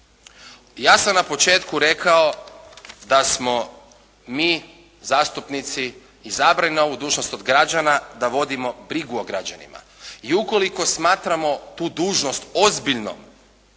Ja sam na početku rekao da smo mi zastupnici izabrani na ovu dužnost od građana da vodimo brigu o građanima i ukoliko smatramo tu dužnost onda